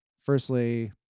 Firstly